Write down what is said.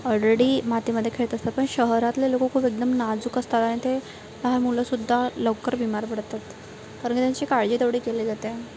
already मातीमध्ये खेळत असतात पण शहरातले लोकं खूप एकदम नाजूक असतात आणि ते लहान मुलंसुद्धा लवकर बिमार पडतात कारण की त्यांची काळजी तेवढे केले जाते